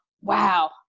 Wow